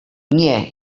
nie